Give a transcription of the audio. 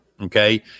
Okay